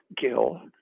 Gill